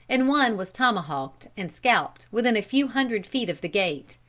and one was tomahawked and scalped within a few hundred feet of the gate.